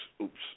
oops